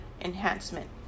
enhancement